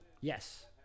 Yes